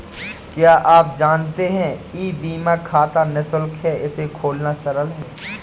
क्या आप जानते है ई बीमा खाता निशुल्क है, इसे खोलना सरल है?